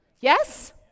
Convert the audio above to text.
Yes